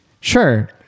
sure